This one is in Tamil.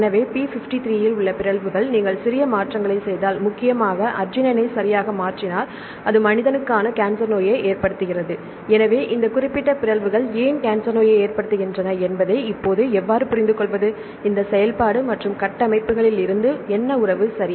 எனவே p53 இல் உள்ள பிறழ்வுகள் நீங்கள் சிறிய மாற்றங்களைச் செய்தால் முக்கியமாக அர்ஜினைனை சரியாக மாற்றினால் அது மனிதனுக்கான கேன்சர் நோயை ஏற்படுத்துகிறது எனவே இந்த குறிப்பிட்ட பிறழ்வுகள் ஏன் கேன்சர் நோயை ஏற்படுத்துகின்றன என்பதை இப்போது எவ்வாறு புரிந்துகொள்வது இந்த செயல்பாடு மற்றும் கட்டமைப்பிலிருந்து என்ன உறவு சரி